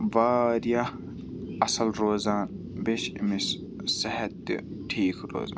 واریاہ اَصٕل روزان بیٚیہِ چھِ أمِس صحت تہِ ٹھیٖک روزان